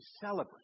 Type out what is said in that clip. celebrate